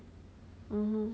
mm